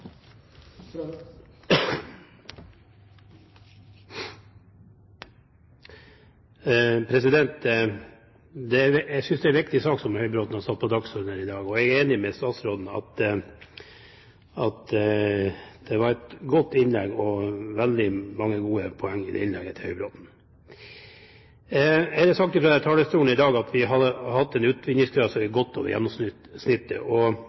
dag, og jeg er enig med statsråden i at det var et godt innlegg og veldig mange gode poeng i det innlegget til Høybråten. Det er sagt fra denne talerstolen i dag at vi har hatt en utvinningsgrad som ligger godt over gjennomsnittet, og